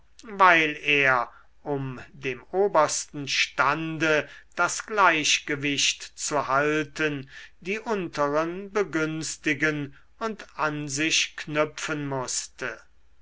weil er um dem obersten stande das gleichgewicht zu halten die unteren begünstigen und an sich knüpfen mußte